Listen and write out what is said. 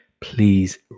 please